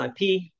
IP